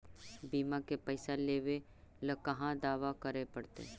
बिमा के पैसा लेबे ल कहा दावा करे पड़तै?